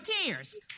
tears